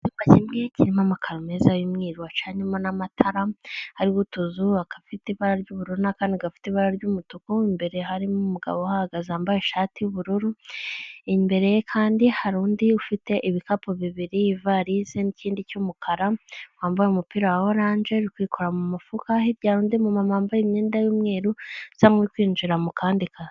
Kimwe kirimo amakaro meza y'umweru bacanmo n'amatara ari butuzubaka afite ibara ry'ubururu kandi gafite ibara ry'umutuku, imbere harimo umugabo uhagaze wambaye ishati y'ubururu imbere ye kandi hari undi ufite ibikapu bibiri, ivalizi n'ikindi cy'umukara wambaye umupira wa oranje rukikora mu mufuka, hirya undi muntu wambaye imyenda y'umweru iza kwinjira mu kandi kanzu.